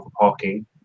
parking